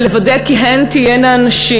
ולוודא כי הם יהיו נשים.